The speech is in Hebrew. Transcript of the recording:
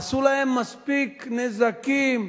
עשו להם מספיק נזקים,